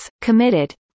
committed